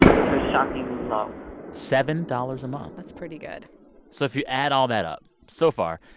which was shockingly low seven dollars a month that's pretty good so if you add all that up, so far,